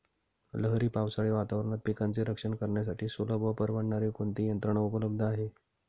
लहरी पावसाळी वातावरणात पिकांचे रक्षण करण्यासाठी सुलभ व परवडणारी कोणती यंत्रणा उपलब्ध आहे?